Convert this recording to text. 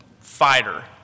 fighter